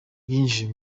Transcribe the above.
yinjiye